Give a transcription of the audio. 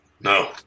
No